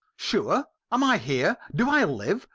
sure? am i here? do i live?